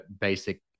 basic